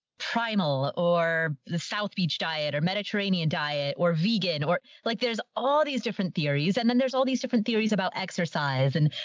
primal or the south beach diet or mediterranean diet or vegan or like, there's all these different theories and then there's all these different theories about exercise and